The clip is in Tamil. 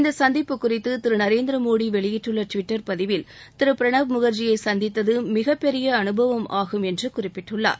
இந்த சந்திப்பு குறித்து திரு நரேந்திர மோடி வெளியிட்டுள்ள டுவிட்டர் பதிவில் திரு பிரணாப் முக்ஜியை சந்தித்தது மிகப்பெரிய அனுபவம் ஆகும் என்று குறிப்பிட்டுள்ளார்